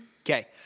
Okay